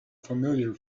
familiar